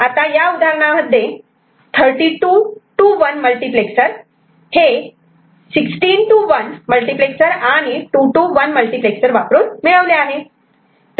आता या उदाहरणांमध्ये 32 to 1 मल्टिप्लेक्सर हे 16 to 1 मल्टिप्लेक्सर आणि 2 to 1 मल्टिप्लेक्सर वापरून मिळवले आहे